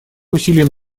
усилиям